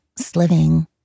sliving